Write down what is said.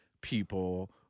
people